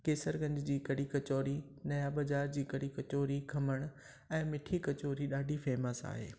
केसरगंज जी कढ़ी कचौरी नवां बाज़ारि जी कढ़ी कचौरी खमण ऐं मिठी कचौरी ॾाढी फ़ेम्स आहे